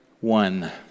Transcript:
one